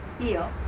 you